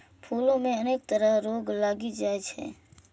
फूलो मे अनेक तरह रोग लागि जाइ छै